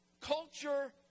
Culture